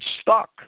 stuck